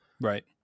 Right